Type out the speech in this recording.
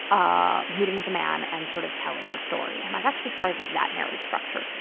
ah meeting with a man, and sort of telling her story. and i actually started with that narrative structure,